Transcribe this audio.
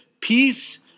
peace